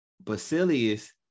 Basilius